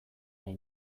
nahi